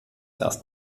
erst